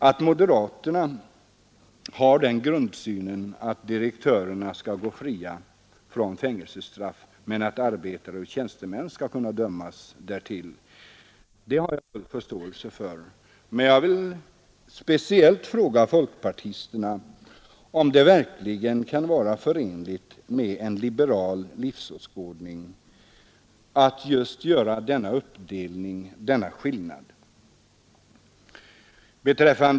Att moderaterna har den grundsynen att direktörerna skall gå fria men att arbetare och tjänstemän skall kunna dömas till fängelse, har jag full förståelse för, men jag vill fråga speciellt folkpartisterna, om det verkligen kan vara förenligt med en liberal livsåskådning att här göra skillnad.